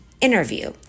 interview